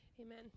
Amen